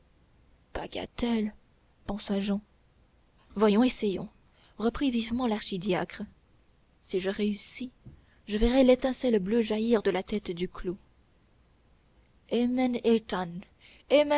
bagatelle pensa jehan voyons essayons reprit vivement l'archidiacre si je réussis je verrai l'étincelle bleue jaillir de la tête du clou